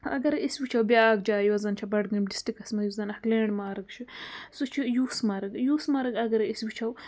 اَگر أسۍ وٕچھو بیٛاکھ جاے یۄس زَن چھِ بَڈگٲمۍ ڈِسٹِرٛکَس منٛز یُس زَنہٕ اَکھ لینٛڈ مارٕک چھُ سُہ چھُ یوٗس مَرٕگ یوٗس مَرٕگ اَگر أسۍ وٕچھو